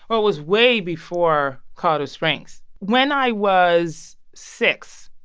well, it was way before colorado springs. when i was six,